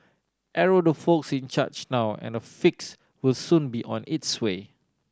arrow the folks in charge now and a fix will soon be on its way